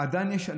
עדיין יש,